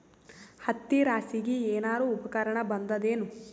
ಹತ್ತಿ ರಾಶಿಗಿ ಏನಾರು ಉಪಕರಣ ಬಂದದ ಏನು?